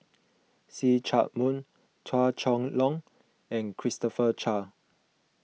See Chak Mun Chua Chong Long and Christopher Chia